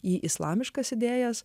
į islamiškas idėjas